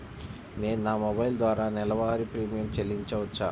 నేను నా మొబైల్ ద్వారా నెలవారీ ప్రీమియం చెల్లించవచ్చా?